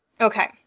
Okay